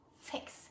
fix